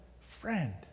friend